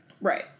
right